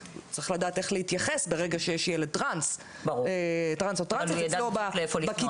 הוא צריך לדעת איך להתייחס ברגע שיש ילד טרנס או טרנסית אצלו בכיתה,